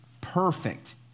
perfect